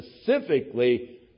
specifically